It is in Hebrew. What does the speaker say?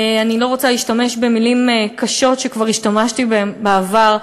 אני לא רוצה להשתמש במילים קשות שכבר השתמשתי בהן בעבר,